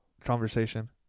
conversation